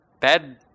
bad